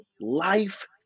life